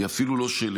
היא אפילו לא שלי.